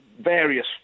various